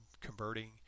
converting